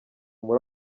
muri